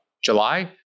July